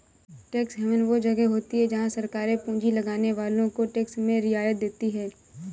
tax haven वो जगह होती हैं जहाँ सरकारे पूँजी लगाने वालो को टैक्स में रियायत देती हैं